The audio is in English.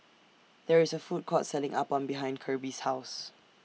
There IS A Food Court Selling Appam behind Kirby's House